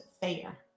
fair